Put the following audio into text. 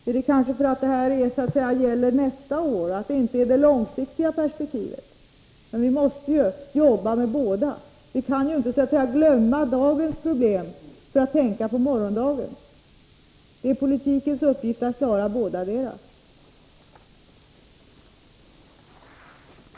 Är det kanske för att det här gäller nästa år och att det inte gäller det långsiktiga perspektivet? Vi måste ju jobba med båda. Vi kan inte glömma dagens problem för att tänka på morgondagens. Det är politikens uppgift att klara bådadera.